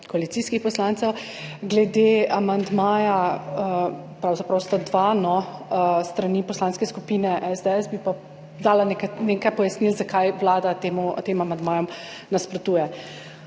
koalicijskih poslancev. Glede amandmaja, pravzaprav sta dva s strani Poslanske skupine SDS, bi pa dala nekaj pojasnil, zakaj Vlada tema amandmajema nasprotuje.